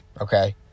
okay